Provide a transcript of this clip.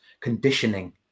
conditioning